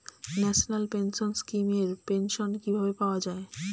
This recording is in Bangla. ন্যাশনাল পেনশন স্কিম এর পেনশন কিভাবে পাওয়া যায়?